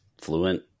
fluent